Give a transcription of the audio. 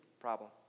problem